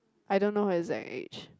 I don't know her exact age